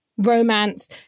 romance